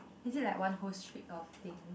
is it like one whole street of thing